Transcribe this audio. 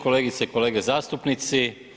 Kolegice i kolege zastupnici.